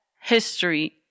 history